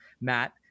Matt